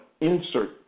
insert